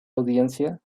audiencia